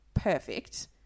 perfect